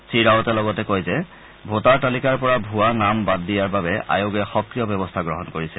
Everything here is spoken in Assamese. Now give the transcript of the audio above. শ্ৰীৰাৱটে লগতে কয় ভোটাৰ তালিকাৰ পৰা ভুৱা নাম বাদ দিয়াৰ বাবে আয়োগে সক্ৰিয় ব্যৱস্থা গ্ৰহণ কৰিছে